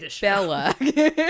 Bella